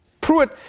Pruitt